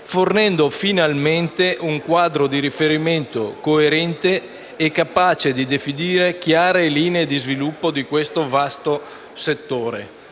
fornendo finalmente un quadro di riferimento coerente e capace di definire chiare linee di sviluppo di questo vasto settore.